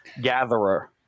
gatherer